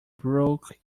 brook